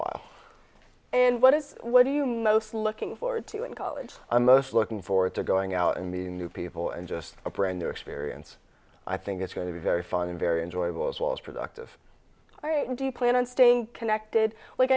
while and what is what are you most looking forward to in college i'm most looking forward to going out and meeting new people and just a brand new experience i think it's going to be very fun and very enjoyable as well as productive do you plan on staying connected like